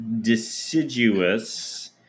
deciduous